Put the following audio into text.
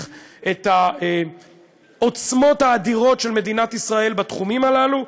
את העוצמות האדירות של מדינת ישראל בתחומים הללו,